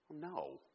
No